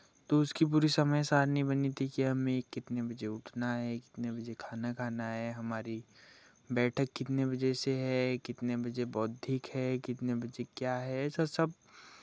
तो उसकी पूरी समय सारणी बनी थी कि हमें कितने बजे उठना है कितने बजे खाना खाना है हमारी बैठक कितने बजे से है कितने बजे बौद्धिक है कितने बजे क्या है ये सब सब